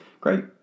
Great